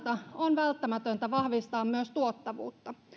on välttämätöntä vahvistaa myös tuottavuutta